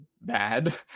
bad